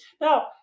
Now